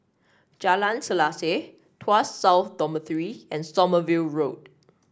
Jalan Selaseh Tuas South Dormitory and Sommerville Road